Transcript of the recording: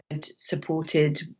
supported